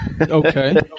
Okay